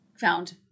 found